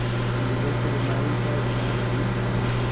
Liver के बीमारी के का इलाज होई?